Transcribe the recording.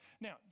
now